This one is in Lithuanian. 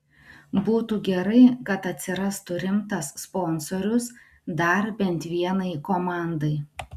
būtų gerai kad atsirastų rimtas sponsorius dar bent vienai komandai